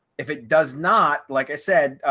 if it does not like i said,